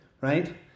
right